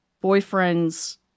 boyfriend's